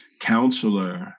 counselor